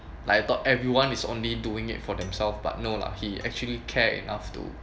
like I thought everyone is only doing it for themselves but no lah he actually care enough to